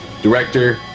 Director